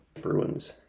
Bruins